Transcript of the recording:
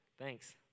thanks